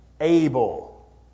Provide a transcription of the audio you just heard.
able